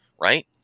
right